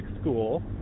school